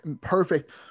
perfect